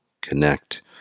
connect